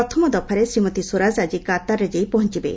ପ୍ରଥମ ଦଫାରେ ଶ୍ରୀମତୀ ସ୍ୱରାଜ ଆଜି କାତାର୍ରେ ଯାଇ ପହଞ୍ଚବେ